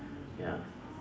ya